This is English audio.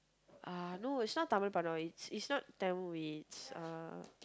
uh no it's not it's it's not Tamil movie it's uh